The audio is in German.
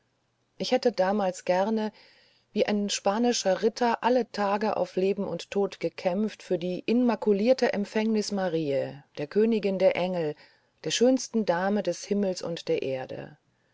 ich hätte damals gern wie ein spanischer ritter alle tage auf leben und tod gekämpft für die inmakulierte empfängnis mariä der königin der engel der schönsten dame des himmels und der erde